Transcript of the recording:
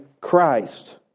Christ